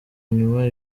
nyuma